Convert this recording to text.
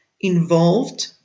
involved